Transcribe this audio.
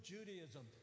Judaism